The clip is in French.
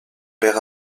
pair